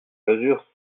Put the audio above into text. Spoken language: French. mesure